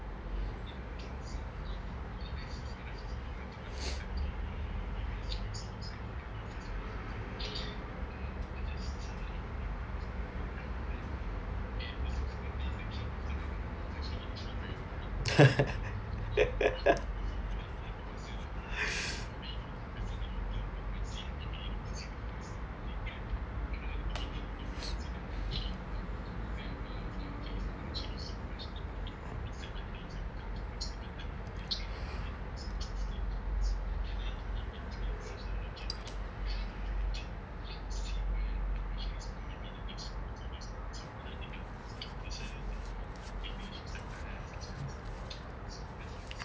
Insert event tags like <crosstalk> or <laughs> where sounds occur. <laughs>